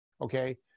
okay